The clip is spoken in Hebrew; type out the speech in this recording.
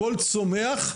הכל צומח,